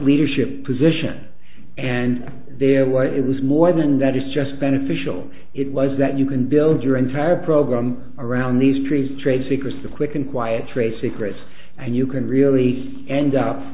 leadership position and their way it was more than that it's just beneficial it was that you can build your entire program around these trees trade secrets the quick and quiet trade secrets and you can really end up